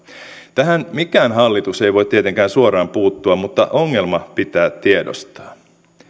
tähän mikään hallitus ei voi tietenkään suoraan puuttua mutta ongelma pitää tiedostaa